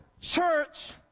church